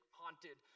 haunted